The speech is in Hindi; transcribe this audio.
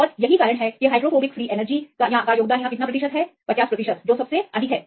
और यही कारण है कि हाइड्रोफोबिक फ्री एनर्जी के मामले में यह मूल्य 50 प्रतिशत से अधिक है